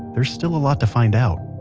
there's still a lot to find out.